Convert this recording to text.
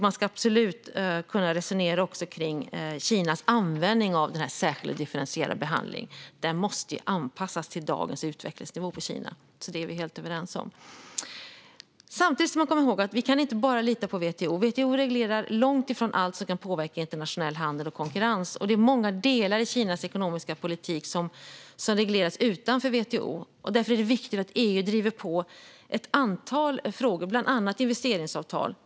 Man ska absolut kunna resonera också om Kinas användning av denna särskilda och differentierade behandling. Den måste anpassas till dagens utvecklingsnivå i Kina. Där är vi helt överens. Samtidigt ska man komma ihåg att vi inte bara kan lita på WTO. WTO reglerar långt ifrån allt som kan påverka internationell handel och konkurrens, och det är många delar i Kinas ekonomiska politik som regleras utanför WTO. Därför är det viktigt att EU driver på i ett antal frågor, bland annat investeringsavtal.